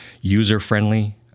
user-friendly